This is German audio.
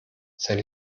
sein